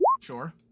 Sure